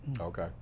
Okay